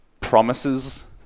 promises